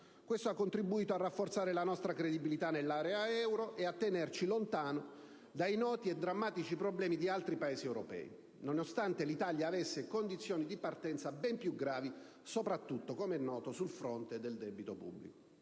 questo ha contribuito a rafforzare la nostra credibilità nell'area euro e a tenerci lontano dai noti e drammatici problemi di altri Paesi europei, nonostante l'Italia avesse condizioni di partenza ben più gravi, soprattutto sul fronte del debito pubblico.